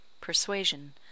Persuasion